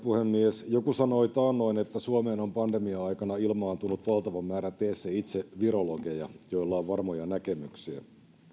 puhemies joku sanoi taannoin että suomeen on pandemia aikana ilmaantunut valtava määrä tee se itse virologeja joilla on varmoja näkemyksiä